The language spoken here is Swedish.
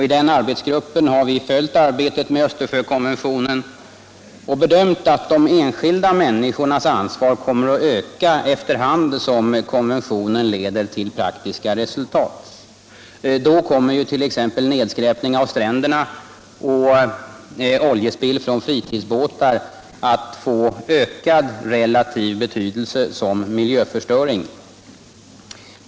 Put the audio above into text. I denna arbetsgrupp har vi följt arbetet med Östersjökonventionen och bedömt att de enskilda människornas ansvar kommer att öka efter hand som konventionen leder till praktiska resultat. Då kommer t.ex. nedskräpning av stränderna och oljespill från fritidsbåtar att få ökad relativ betydelse som miljöförstöring.